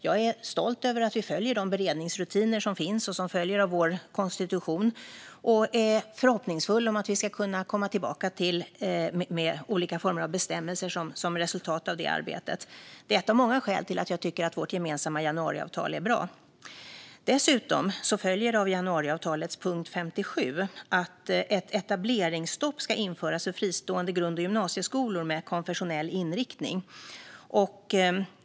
Jag är stolt över att vi följer de beredningsrutiner som följer av vår konstitution och är förhoppningsfull om att vi ska kunna komma tillbaka med olika former av bestämmelser som resultat av det arbetet. Det är ett av många skäl till att jag tycker att vårt gemensamma januariavtal är bra. Dessutom följer av januariavtalets punkt 57 att ett etableringsstopp ska införas för fristående grund och gymnasieskolor med konfessionell inriktning.